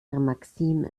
maxime